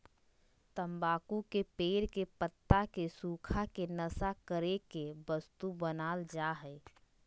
तम्बाकू के पेड़ के पत्ता के सुखा के नशा करे के वस्तु बनाल जा हइ